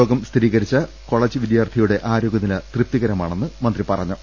രോഗം സ്ഥിരീ കരിച്ച കോളേജ് വിദ്യാർത്ഥിയുടെ ആരോഗൃനില തൃപ്തി കരമാണെന്ന് മന്ത്രി പറഞ്ഞു